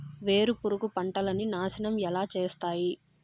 వేరుపురుగు పంటలని నాశనం ఎలా చేస్తాయి?